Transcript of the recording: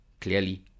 Clearly